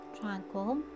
tranquil